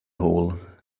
hole